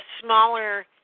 smaller